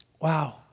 Wow